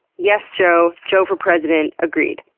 yes, joe! joe for president! agreed!